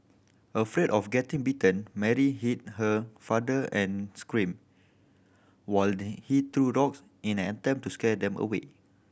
afraid of getting bitten Mary hid her father and screamed while he threw rocks in an attempt to scare them away